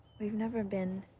we've never been